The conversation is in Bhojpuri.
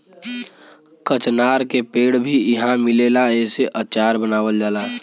कचनार के पेड़ भी इहाँ मिलेला एसे अचार बनावल जाला